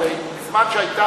הרי בזמן שהיה